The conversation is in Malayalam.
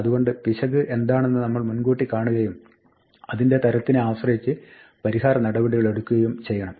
അതുകൊണ്ട് പിശക് എന്താണെന്ന് നമ്മൾ മുൻകൂട്ടി കാണുകയും അതിന്റെ തരത്തിനെ ആശ്രയിച്ച് പരിഹര നടപടികളെടുക്കുകയും ചെയ്യണം